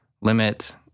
limit